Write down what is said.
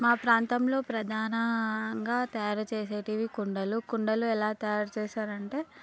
మా ప్రాంతంలో ప్రధానంగా తయారు చేసేటివి కుండలు కుండలు ఎలా తయారు చేస్తారు అంటే